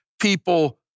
people